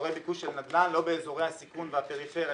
באזורי ביקוש של נדל"ן ולא באזורי הסיכון והפריפריה,